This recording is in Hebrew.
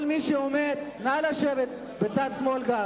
כל מי שעומד, נא לשבת, גם בצד שמאל.